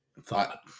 thought